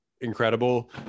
incredible